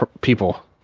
people